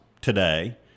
today